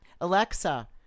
Alexa